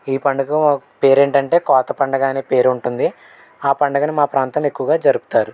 ఈ పండుగకు పేరు ఏంటంటే కోత పండుగ అనే పేరు ఉంటుంది పండగను మా ప్రాంతం ఎక్కువగా జరుపుతారు